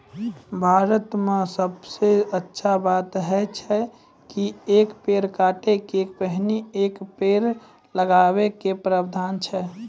भारत मॅ सबसॅ अच्छा बात है छै कि एक पेड़ काटै के पहिने एक पेड़ लगाय के प्रावधान छै